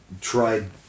tried